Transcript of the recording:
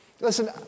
listen